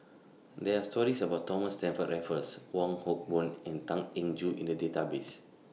There Are stories about Thomas Stamford Raffles Wong Hock Boon and Tan Eng Joo in The Database